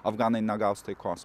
afganai negaus taikos